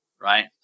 right